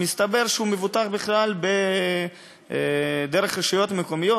מסתבר שהוא מבוטח בכלל דרך הרשויות המקומיות,